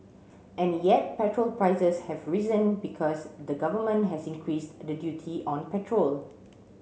and yet petrol prices have risen because the government has increased the duty on petrol